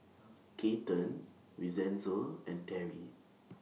Keaton Vincenzo and Terri